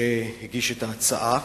שהגיש את ההצעה.